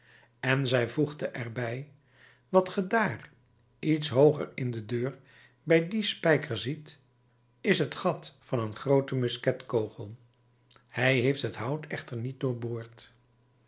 en zij voegde er bij wat ge dààr iets hooger in de deur bij dien spijker ziet is het gat van een grooten musketkogel hij heeft het hout echter niet